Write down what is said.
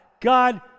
God